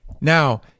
Now